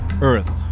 Earth